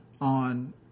on